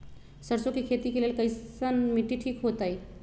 सरसों के खेती के लेल कईसन मिट्टी ठीक हो ताई?